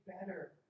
better